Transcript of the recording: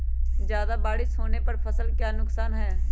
ज्यादा बारिस होने पर फसल का क्या नुकसान है?